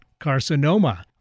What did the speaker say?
carcinoma